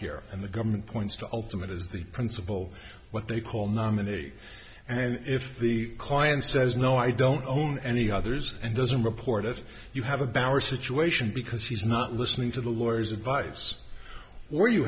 here and the government points to ultimate as the principal what they call nominate and if the client says no i don't own any others and doesn't report it you have a bauer situation because he's not listening to the lawyers advice where you